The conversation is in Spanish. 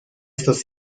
estos